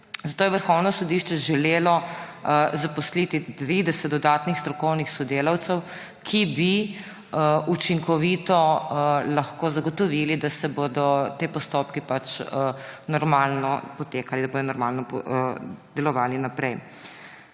Zato je Vrhovno sodišče želelo zaposliti 90 dodatnih strokovnih sodelavcev, ki bi učinkovito lahko zagotovili, da bodo ti postopki normalno potekali, da bodo normalno delovali naprej.